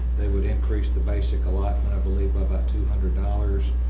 they would increase the basic allotment, i believe, by about two hundred dollars.